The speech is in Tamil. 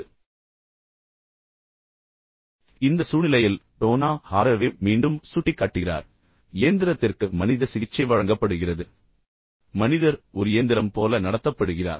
இப்போது இந்த சூழ்நிலையில் டோனா ஹாரவே மீண்டும் சுட்டிக்காட்டுகிறார் இயந்திரத்திற்கு மனித சிகிச்சை வழங்கப்படுகிறது மனிதர் ஒரு இயந்திரம் போல நடத்தப்படுகிறார்